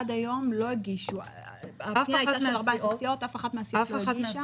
עד היום אף אחת מ-14 הסיעות לא הגישה ולא נקנסה?